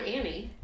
Annie